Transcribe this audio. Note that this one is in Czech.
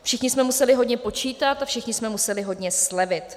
Všichni jsme museli hodně počítat a všichni jsme museli hodně slevit.